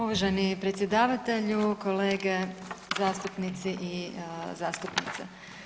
Uvaženi predsjedavatelju, kolege zastupnici i zastupnice.